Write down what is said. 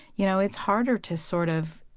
you know, it's harder to sort of